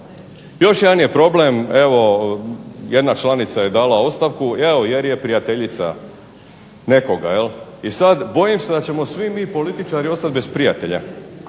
Još jedan je problem evo jedna članica dala ostavku jer je prijateljica nekoga, jel. I sada bojim se da ćemo svi mi političari ostati bez prijatelja,